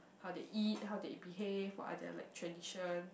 how they eat how they behave or there are like tradition